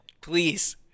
please